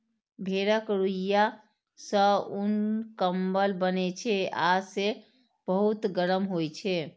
भेड़क रुइंया सं उन, कंबल बनै छै आ से बहुत गरम होइ छै